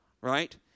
right